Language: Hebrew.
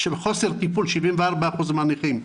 חוסר טיפול 74% מהנכים,